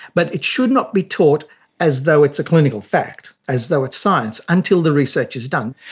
but it should not be taught as though it's a clinical fact, as though it's science, until the research is done.